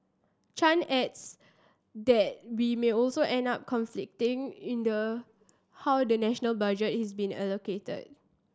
Chan adds that we may also end up conflict in the how the national budget is being allocated